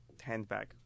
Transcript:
handbag